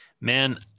man